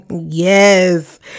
Yes